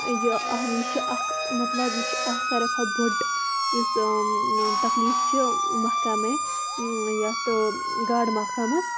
یہِ چھِ اکھ مَطلَب یہِ چھِ اکھ ساروی کھۄتہٕ بٔڑ یۄس تَکلیٖف چھِ محکمے یَتھ تہٕ گاڈٕ مَحکَمَس